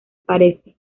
parece